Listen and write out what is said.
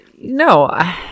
No